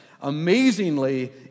Amazingly